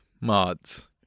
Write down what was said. Mods